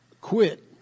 quit